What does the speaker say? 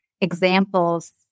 examples